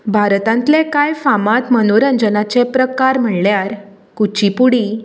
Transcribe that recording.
भारतांतले कांय फामाद मनोरंजनाचे प्रकार म्हणल्यार कुचीपुडी